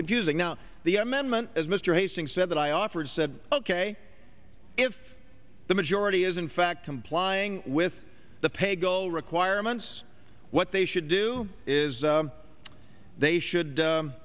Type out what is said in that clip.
confusing now the amendment as mr hastings said that i offered said ok if the majority is in fact complying with the pay go requirements what they should do is they should